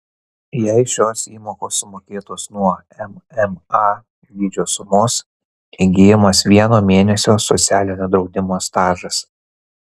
jei šios įmokos sumokėtos nuo mma dydžio sumos įgyjamas vieno mėnesio socialinio draudimo stažas